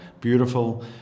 beautiful